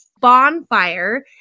bonfire